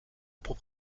pour